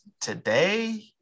today